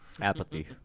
Apathy